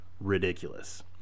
ridiculous